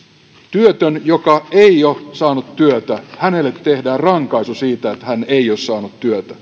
työtä työttömälle joka ei ole saanut työtä tehdään rankaisu siitä että hän ei ole saanut työtä